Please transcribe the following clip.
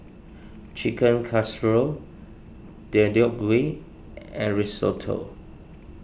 Chicken Casserole Deodeok Gui and Risotto